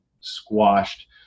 squashed